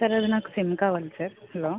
sir అదే నాకు sim కావాలి సార్ హలో